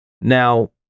Now